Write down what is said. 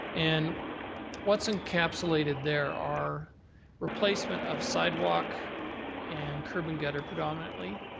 and what's encapsulated there are replacement of sidewalk and curb and gutter predominantly.